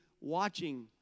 watching